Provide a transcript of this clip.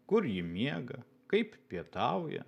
kur ji miega kaip pietauja